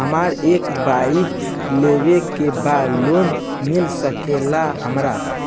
हमरा एक बाइक लेवे के बा लोन मिल सकेला हमरा?